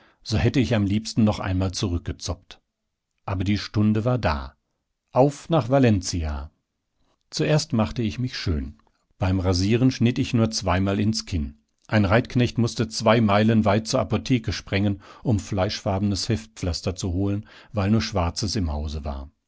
so hätte ich am liebsten noch einmal zurückgezoppt aber die stunde war da auf nach valencia auf nach valencia aus pius alexander wolffs singspiel preciosa vertont von k m v weber zuerst machte ich mich schön beim rasieren schnitt ich nur zweimal ins kinn ein reitknecht mußte zwei meilen weit zur apotheke sprengen um fleischfarbenes heftpflaster zu holen weil nur schwarzes im hause war